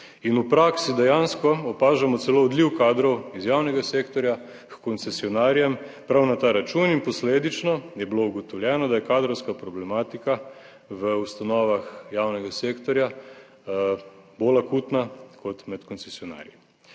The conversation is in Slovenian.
V praksi dejansko opažamo celo odliv kadrov iz javnega sektorja h koncesionarjem prav na ta račun in posledično je bilo ugotovljeno, da je kadrovska problematika v ustanovah javnega sektorja bolj akutna kot med koncesionarji.